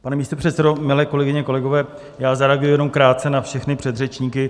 Pane místopředsedo, milé kolegyně, kolegové, zareaguji jenom krátce na všechny předřečníky.